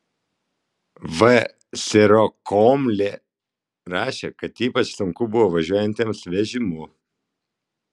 v sirokomlė rašė kad ypač sunku buvo važiuojantiems vežimu